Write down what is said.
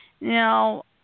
Now